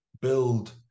build